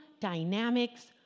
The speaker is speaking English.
dynamics